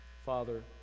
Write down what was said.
Father